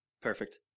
Perfect